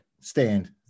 stand